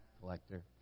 collector